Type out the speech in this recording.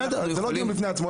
אתי, זה לא דיון בפני עצמו.